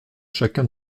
chacun